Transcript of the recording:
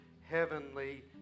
heavenly